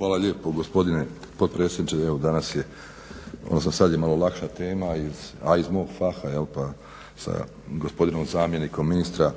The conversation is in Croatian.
Hvala lijepo gospodine potpredsjedniče, evo danas je, odnosno sada je malo lakša tema a i iz mog faha. Pa sa gospodinom zamjenikom ministra